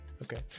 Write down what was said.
Okay